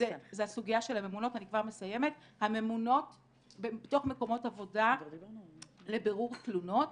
הסוגיה של הממונות בתוך מקומות עבודה לבירור תלונות.